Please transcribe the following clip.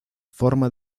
forma